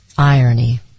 irony